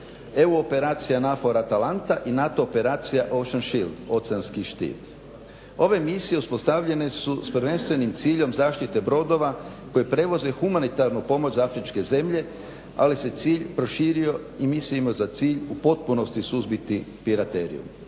EU Operacija NFOR Atalanta i NATO operacija Ocean Shield – Oceanski štit. Ove misije uspostavljene su s prvenstvenim ciljem zaštite brodova koje prevoze humanitarnu pomoć za afričke zemlje, ali se cilj proširio i misija ima za cilj u potpunosti suzbiti pirateriju.